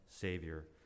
savior